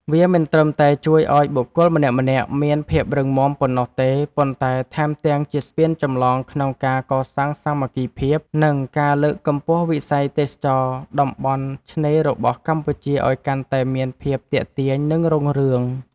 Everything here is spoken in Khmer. វាមិនត្រឹមតែជួយឱ្យបុគ្គលម្នាក់ៗមានភាពរឹងមាំប៉ុណ្ណោះទេ ប៉ុន្តែថែមទាំងជាស្ពានចម្លងក្នុងការកសាងសាមគ្គីភាព និងការលើកកម្ពស់វិស័យទេសចរណ៍តំបន់ឆ្នេររបស់កម្ពុជាឱ្យកាន់តែមានភាពទាក់ទាញ និងរុងរឿង។